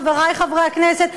חברי חברי הכנסת,